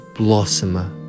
blossomer